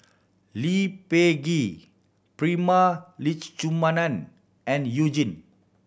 Lee Peh Gee Prema Letchumanan and You Jin